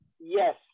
Yes